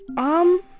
um